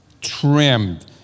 trimmed